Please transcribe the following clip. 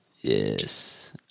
Yes